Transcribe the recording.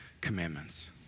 commandments